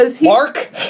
Mark